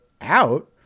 out